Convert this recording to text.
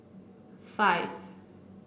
five